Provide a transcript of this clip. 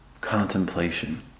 contemplation